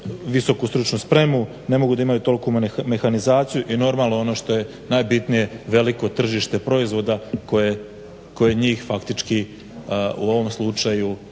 visoku stručnu spremu, ne mogu da imaju toliku mehanizaciju. I normalno ono što je najbitnije veliko tržište proizvoda koje njih faktički u ovom slučaju